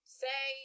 say